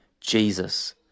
Jesus